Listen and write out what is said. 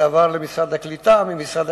זה עבר למשרד הקליטה, ממשרד